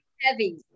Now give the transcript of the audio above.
heavy